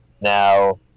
Now